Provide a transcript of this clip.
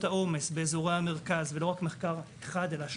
העומס באזורי המרכז - ולא רק מחקר אחד אלא שלושה,